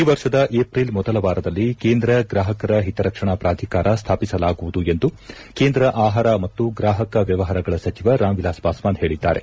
ಈ ವರ್ಷದ ಏಪ್ರಿಲ್ ಮೊದಲ ವಾರದಲ್ಲಿ ಕೇಂದ್ರ ಗ್ರಾಹಕರ ಹಿತರಕ್ಷಣಾ ಪ್ರಾಧಿಕಾರ ಸ್ಥಾಪಿಸಲಾಗುವುದು ಎಂದು ಕೇಂದ್ರ ಆಹಾರ ಮತ್ತು ಗ್ರಾಹಕ ವ್ಯವಹಾರಗಳ ಸಚಿವ ರಾಮ್ ವಿಲಾಸ್ ಪಾಸ್ವಾನ್ ಹೇಳಿದ್ದಾರೆ